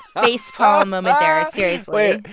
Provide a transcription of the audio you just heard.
facepalm moment there, seriously wait.